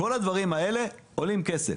כל הדברים האלה עולים כסף.